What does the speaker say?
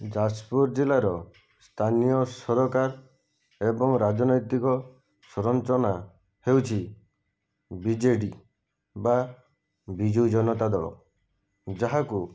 ଯାଜପୁର ଜିଲ୍ଲାର ସ୍ଥାନୀୟ ସରକାର ଏବଂ ରାଜନୈତିକ ସରଞ୍ଚନା ହେଉଛି ବିଜେଡ଼ି ବା ବିଜୁ ଜନତା ଦଳ ଯାହାକୁ